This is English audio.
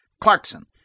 Clarkson